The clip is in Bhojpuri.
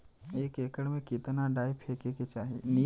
एक एकड़ में कितना डाई फेके के चाही?